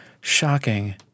Shocking